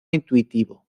intuitivo